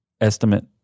estimate